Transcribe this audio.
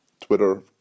Twitter